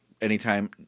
anytime